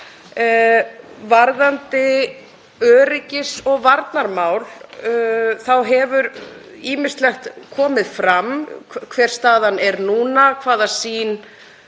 Varðandi öryggis- og varnarmál hefur ýmislegt komið fram, hver staðan er núna, hvaða sýn